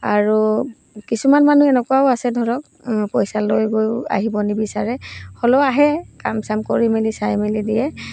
আৰু কিছুমান মানুহ এনেকুৱাও আছে ধৰক পইচা লৈ গৈও আহিব নিবিচাৰে হ'লেও আহে কাম চাম কৰি মেলি চাই মেলি দিয়ে